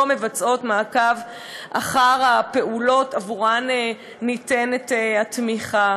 מבצעות מעקב אחר הפעולות שעבורן ניתנת התמיכה,